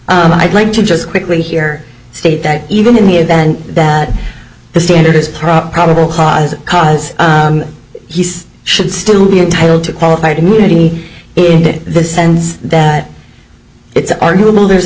harm i'd like to just quickly here state that even in the event that the standard is proper probable cause cause he's should still be entitled to qualified immunity if it the sense that it's arguable there's an